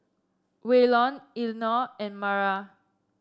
Waylon Elinor and Mara